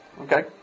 Okay